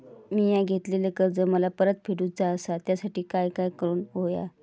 मिया घेतलेले कर्ज मला परत फेडूचा असा त्यासाठी काय काय करून होया?